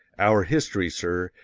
our history, sir,